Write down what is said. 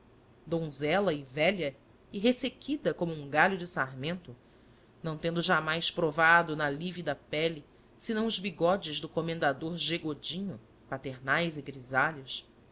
donzela e velha e ressequida como um galho de sarmento não tendo jamais provado na lívida pele senão os bigodes do comendador g godinho paternais e grisalhos